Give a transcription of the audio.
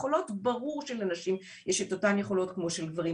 יכולות ברור שלנשים יש את אותן היכולות כמו של גברים,